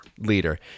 Leader